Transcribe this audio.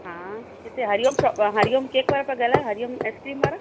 हा किथे हरि ओम श हरि ओम केक वारा पिया ॻाल्हायो हरि ओम आइसक्रीम वारा